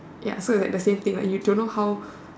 ya so its like the same thing like you don't know how